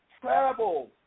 travel